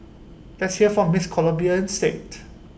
let's hear from miss Colombia instead